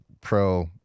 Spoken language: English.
pro-